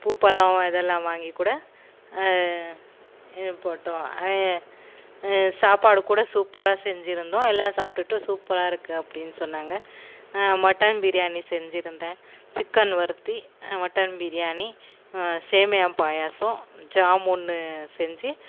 பூ பழம் இதலாம் வாங்கிக் கூட இ போட்டோம் சாப்பாடு கூட சூப்பரா செஞ்சுருந்தோம் எல்லாம் சாப்பிட்டுட்டு சூப்பரா இருக்கு அப்படினு சொன்னாங்கள் மட்டன் பிரியாணி செஞ்சுருந்தேன் சிக்கன் வறுத்து மட்டன் பிரியாணி சேமியா பாயாசம் ஜாமுன்னு செஞ்சு